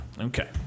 Okay